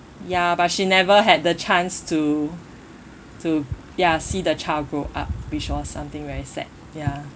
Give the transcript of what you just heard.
ya but she never had the chance to to ya see the child grow up which were something very sad ya